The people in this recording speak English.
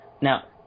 Now